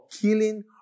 killing